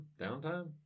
Downtime